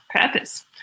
purpose